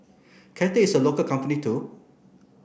Cathay is a local company too